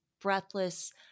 breathless